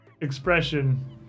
expression